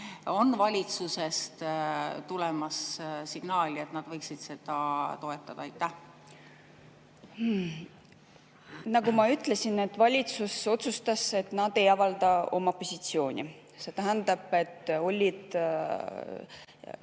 on valitsusest tulemas signaali, et nad võiksid seda toetada. Nagu ma ütlesin, valitsus otsustas, et nad ei avalda oma positsiooni. See tähendab, et oli